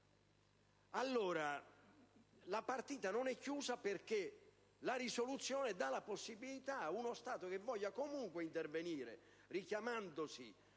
NATO. La partita non è chiusa perché la risoluzione dà la possibilità ad uno Stato che voglia comunque intervenire richiamandosi